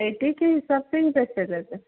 पेटी के हिसाब से ही पैसे लेते